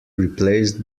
replaced